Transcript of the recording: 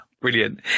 Brilliant